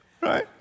right